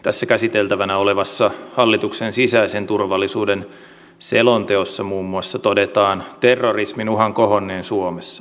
tässä käsiteltävänä olevassa hallituksen sisäisen turvallisuuden selonteossa muun muassa todetaan terrorismin uhan kohonneen suomessa